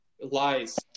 lies